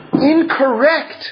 incorrect